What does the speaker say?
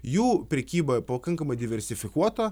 jų prekyba pakankamai diversifikuota